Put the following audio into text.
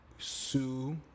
Sue